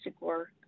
work